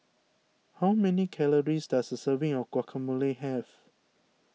how many calories does a serving of Guacamole have